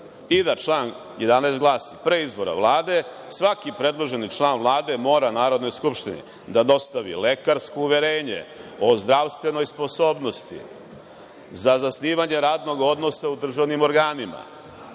I da član 11. glasi – Pre izbora Vlade, svaki predloženi član Vlade mora Narodnoj skupštini da dostavi lekarsko uverenje o zdravstvenoj sposobnosti za zasnivanje radnog odnosa u državnim organima.